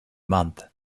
month